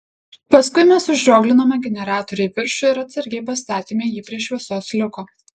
paskui mes užrioglinome generatorių į viršų ir atsargiai pastatėme jį prie šviesos liuko